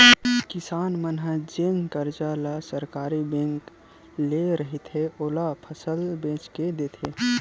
किसान मन ह जेन करजा ल सहकारी बेंक ले रहिथे, ओला फसल बेच के देथे